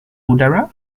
udara